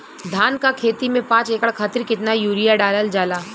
धान क खेती में पांच एकड़ खातिर कितना यूरिया डालल जाला?